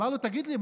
אמר לו: תגיד לי,